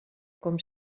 com